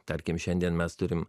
tarkim šiandien mes turim